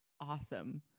awesome